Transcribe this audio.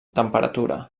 temperatura